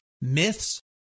myths